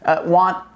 want